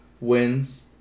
wins